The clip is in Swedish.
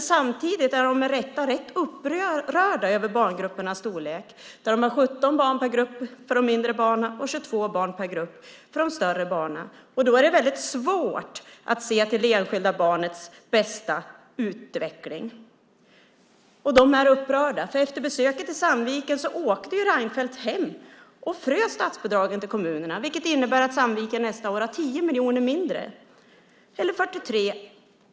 Samtidigt är de med rätta upprörda över barngruppernas storlek - 17 barn per grupp för de mindre barnen och 22 barn per grupp för de större. Då är det väldigt svårt att se till det enskilda barnets bästa och dess utveckling. De är också upprörda därför att Fredrik Reinfeldt efter besöket i Sandviken åkte hem och frös statsbidragen till kommunerna. Det innebär att Sandviken nästa år har 10 miljoner mindre, vilket motsvarar 43